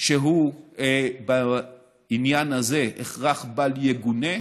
שהוא בעניין הזה הכרח בל יגונה.